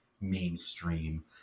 mainstream